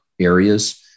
areas